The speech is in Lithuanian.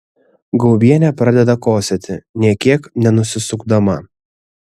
gaubienė pradeda kosėti nė kiek nenusisukdama